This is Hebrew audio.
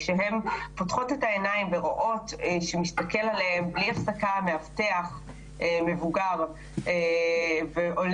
כשהן פוקחות את העיניים ורואות מאבטח מבוגר שמסתכל עליהן בלי